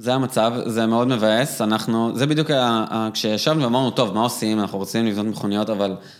זה המצב, זה מאוד מבאס, אנחנו, זה בדיוק, כשישבנו ואמרנו, טוב, מה עושים, אנחנו רוצים לבנות מכוניות, אבל...